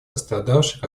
пострадавших